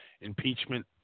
Impeachment